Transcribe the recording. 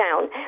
down